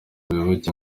muyoboke